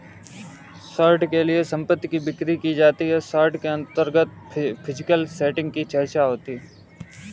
short के लिए संपत्ति की बिक्री की जाती है शॉर्ट के अंतर्गत फिजिकल सेटिंग की चर्चा होती है